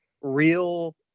real